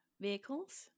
vehicles